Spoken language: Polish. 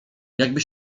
jakby